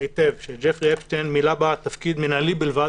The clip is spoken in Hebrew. היטב שג'פרי אפשטיין מילא בה תפקיד מינהלי בלבד